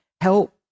help